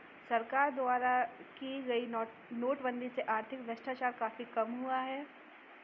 सरकार द्वारा की गई नोटबंदी से आर्थिक भ्रष्टाचार काफी कम हुआ है